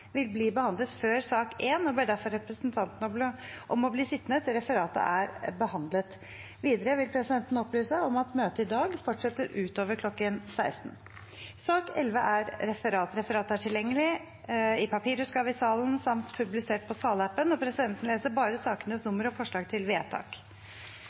vil presidenten opplyse om at sak nr. 11, Referat, blir behandlet før sak nr. 1, og ber derfor representantene om å bli sittende til referatet er behandlet. Videre vil presidenten opplyse om at møtet i dag fortsetter utover kl. 16. Etter ønske fra helse- og omsorgskomiteen vil presidenten